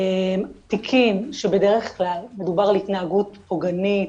תיקים שבדרך כלל מדובר על התנהגות פוגענית